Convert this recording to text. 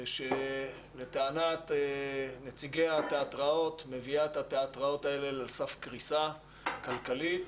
שלטענת נציגי התיאטראות מביאה את התיאטראות האלה לסף קריסה כלכלית.